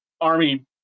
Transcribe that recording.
army